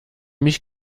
mich